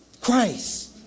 Christ